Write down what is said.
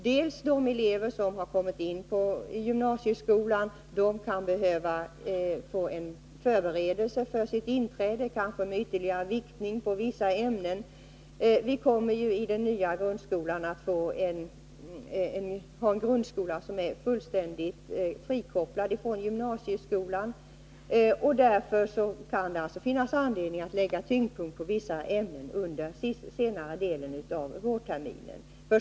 De elever som har kommit in på gymnasieskolan kan behöva få en förberedelse för sitt inträde, kanske med ytterligare inriktning på vissa ämnen. Den nya grundskolan kommer ju att vara fullständigt frikopplad från gymnasieskolan, och därför kan det finnas anledning att lägga tyngdpunkten på vissa ämnen under senare delen av vårterminen.